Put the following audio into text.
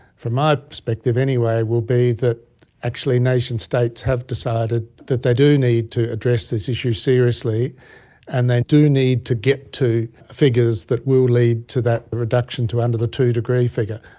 from my perspective anyway, will be that actually nation states have decided that they do need to address this issue seriously and they do need to get to figures that will lead to that reduction to under the two-degree figure.